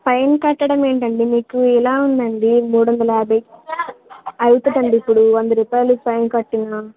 fine కట్టడం ఏంటండి మీకు ఎలా ఉందండి మూడు వందల యాభై అవుతుంది అండి ఇప్పుడు వంద రూపాయలు ఫైన్ కట్టిన